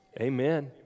Amen